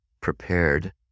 prepared